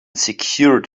secured